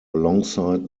alongside